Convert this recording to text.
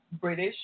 British